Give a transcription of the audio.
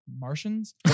Martians